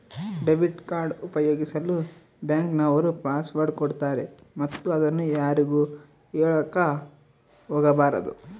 debit card ಉಪಯೋಗಿಸಲು bank ನವರು password ಕೊಡ್ತಾರೆ ಮತ್ತು ಅದನ್ನು ಯಾರಿಗೂ ಹೇಳಕ ಒಗಬಾರದು